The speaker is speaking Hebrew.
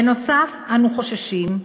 בנוסף, אנו חוששים,